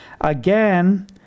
Again